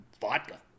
vodka